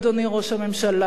אדוני ראש הממשלה,